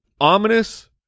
ominous